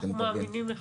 אנחנו מאמינים לך.